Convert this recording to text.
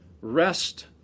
rest